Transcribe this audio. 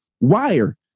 wire